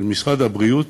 של משרד הבריאות,